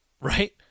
Right